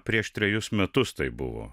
prieš trejus metus tai buvo